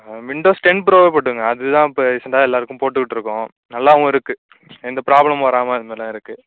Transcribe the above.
Windows ten ப்ரோவே போட்டுக்கொங்க அது தான் இப்போ ரீசெண்டாக எல்லோருக்கும் போட்டுக்கிட்டிருக்கோம் நல்லாகவும் இருக்குது எந்த ப்ராப்ளமும் வராமல் அந்தமாரிலாம் இருக்குது